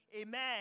Amen